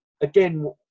again